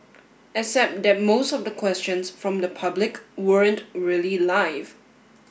except that most of the questions from the public weren't really live